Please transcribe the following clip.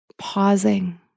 pausing